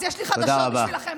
אז יש לי חדשות בשבילכם -- תודה רבה.